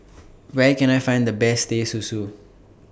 Where Can I Find The Best Teh Susu